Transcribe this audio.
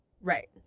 Right